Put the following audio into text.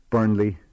Burnley